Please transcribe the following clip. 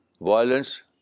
violence